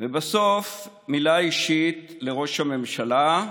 ובסוף מילה אישית לראש הממשלה.